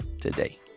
today